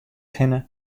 hinne